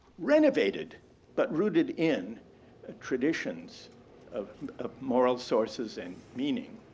renovated but rooted in a traditions of ah moral sources and meaning